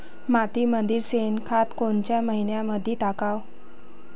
मातीमंदी शेणखत कोनच्या मइन्यामंधी टाकाव?